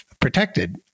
protected